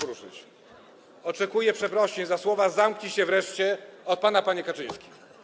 Oczekuję przeprosin za słowa: zamknij się wreszcie, od pana, panie Kaczyński.